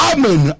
Amen